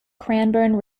cranbourne